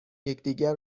یکدیگر